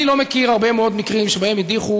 אני לא מכיר הרבה מאוד מקרים שבהם הדיחו